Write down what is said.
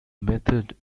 method